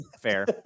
Fair